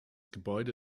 gebäude